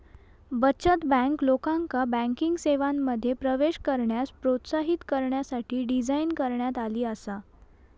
बचत बँक, लोकांका बँकिंग सेवांमध्ये प्रवेश करण्यास प्रोत्साहित करण्यासाठी डिझाइन करण्यात आली आसा